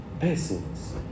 persons